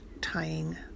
tying